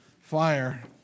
fire